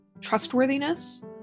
trustworthiness